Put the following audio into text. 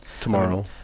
Tomorrow